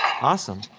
Awesome